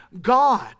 god